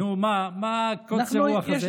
נו, מה קוצר הרוח הזה?